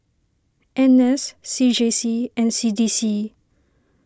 N S C J C and C D C